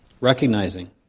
recognizing